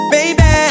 Baby